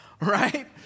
Right